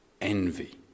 envy